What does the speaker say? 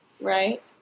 right